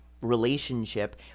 relationship